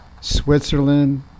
Switzerland